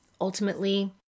Ultimately